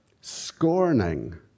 scorning